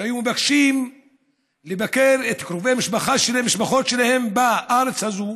שהיו מבקשים לבקר את קרובי המשפחה שלהם בארץ הזאת,